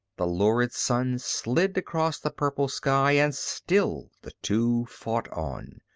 the lurid sun slid across the purple sky and still the two fought on.